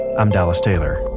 i'm dallas taylor.